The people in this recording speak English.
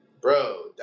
Bro